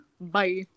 bye